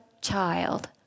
child